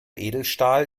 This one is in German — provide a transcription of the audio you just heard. edelstahl